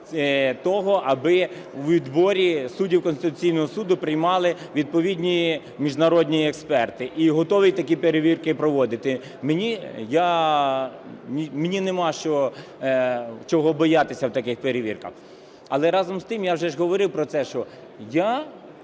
того, аби у відборі суддів Конституційного Суду приймали відповідні міжнародні експерти. І готовий такі перевірки проводити. Мені нема чого боятися в таких перевірках. Але разом з тим я вже ж говорив про те, що я